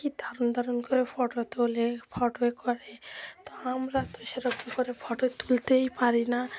কী দারুণ দারুণ করে ফটো তোলে ফটো এ করে তো আমরা তো সেরকম করে ফটো তুলতেই পারি না